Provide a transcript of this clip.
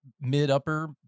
mid-upper